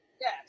Yes